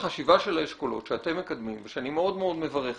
החשיבה של האשכולות שאתם מקדמים ואני מאוד מאוד מברך עליה,